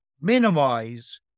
minimize